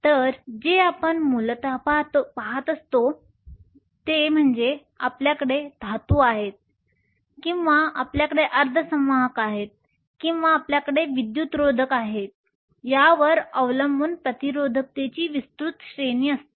तर जे आपण मूलतः पाहत असतो ते म्हणजे आपल्याकडे धातू आहे किंवा आपल्याकडे अर्धसंवाहक आहे किंवा आपल्याकडे विद्युतरोधक आहे यावर अवलंबून प्रतिरोधकतेची विस्तृत श्रेणी आहे